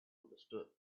understood